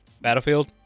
Battlefield